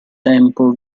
tempo